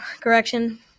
Correction